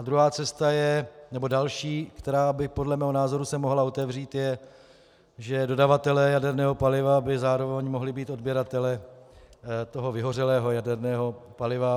Druhá cesta je, nebo další, která by podle mého názoru se mohla otevřít, je, že dodavatelé jaderného paliva by zároveň mohli být odběratelé vyhořelého jaderného paliva.